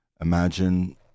imagine